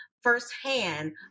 firsthand